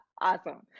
Awesome